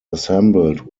assembled